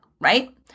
right